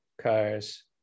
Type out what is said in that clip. cars